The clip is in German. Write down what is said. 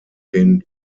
den